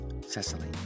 Cecily